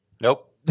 Nope